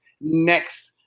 next